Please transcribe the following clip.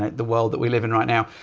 the world that we live in right now,